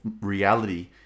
reality